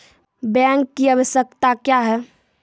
Bank की आवश्यकता क्या हैं?